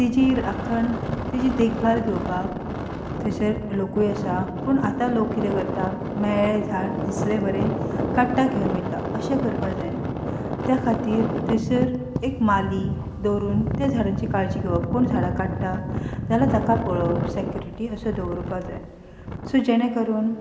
ताजी राखण ताजी देखभाल घेवपाक थंयसर लोकूय आसा पूण आतां लोक किदें करता मेळ्ळें झाड दिसलें बरें काडटा घेवन वयता अशें करपा जायना त्या खातीर थंयसर एक माली दवरून त्या झाडांची काळजी घेवप कोण झाडां काडटा जाल्या ताका पळोवप सेक्युरिटी असो दवरुपा जाय सो जेणे करून